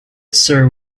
served